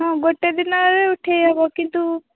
ହଁ ଗୋଟେ ଦିନରେ ଉଠେଇ ହେବ କିନ୍ତୁ